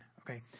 okay